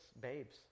babes